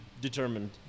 determined